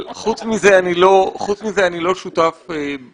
חוץ מזה, לגבי הנושא שלנו, אני לא שותף באופטימיות